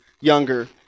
younger